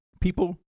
people